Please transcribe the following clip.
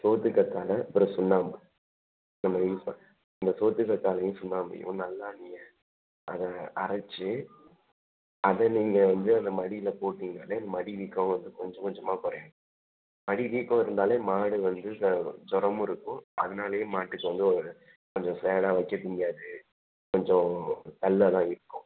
சோற்று கற்றால அப்புறம் சுண்ணாம்பு நம்ம யூஸ் ப அந்த சோ சோற்று கற்றாலையும் சுண்ணாம்பையும் நல்லா நீங்கள் அதை அரைத்து அதை நீங்கள் வந்து அந்த மடியில் போட்டிங்கன்னாலே அந்த மடி வீக்கம் வந்து கொஞ்ச கொஞ்சமாக குறையும் மடி வீக்கம் இருந்தாலே மாடு வந்து ஜொரமும் இருக்கும் அதுனாலேயே மாட்டுக்கு வந்து ஒரு கொஞ்சம் ஃபேடாக வச்சுக்க முடியாது கொஞ்சம் டல்லா தான் இருக்கும்